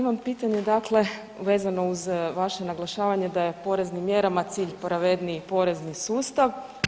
Imam pitanje vezano uz vaše naglašavanje da je poreznim mjerama cilj pravedniji porezni sustav.